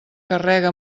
carrega